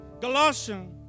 Galatians